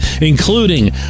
including